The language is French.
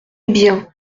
bien